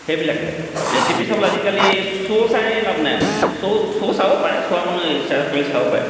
সেইবিলাকে ৰেচিপি চাবললৈ আজিকালি শ্ব' চাই লাভ নাই ন শ্ব' শ্ব' চাব পাৰে চোৱা মানুহে ইচ্ছা কৰি চাব পাৰে